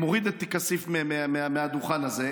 מוריד את כסיף מהדוכן הזה.